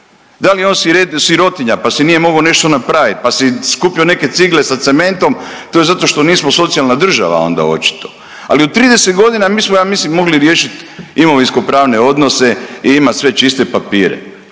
da li je on sirotinja, pa si nije mogao nešto napravit, pa si skupio neke cigle sa cementom, to je zato što nismo socijalna država onda očito, ali u 30.g. mi smo ja mislim mogli riješit imovinskopravne odnose i imat sve čiste papire,